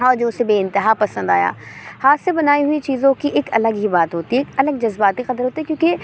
اور جو اُسے بے اِنتہا پسند آیا ہاتھ سے بنائی ہوئی چیزوں کی اک الگ ہی بات ہوتی ہے ایک الگ جذباتی قدر ہوتی ہے کیونکہ